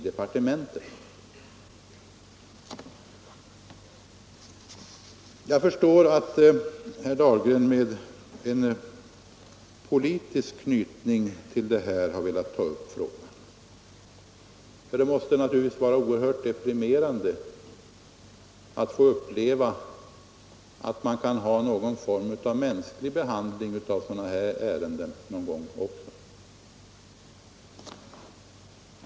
älosortlrvtor NN Jag förstår att herr Dahlgren har velat ta upp denna fråga med politisk — Anslag till vägväsenanknytning. Det måste vara oerhört deprimerande för honom att uppleva, = det, m.m. att man någon gång också kan ha en form av mänsklig behandling av sådana här ärenden.